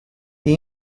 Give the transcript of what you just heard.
the